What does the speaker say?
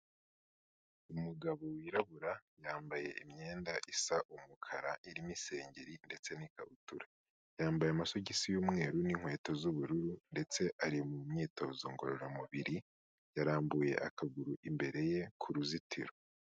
Umugabo wirabura yambaye imyenda isa umukara irimo isengeri ndetse n'ikabutura. Yambaye amasogisi y'umweru n'inkweto z'ubururu ndetse ari mu myitozo ngororamubiri, yarambuye akaguru imbere ye ku ruzitiro.